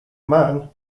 man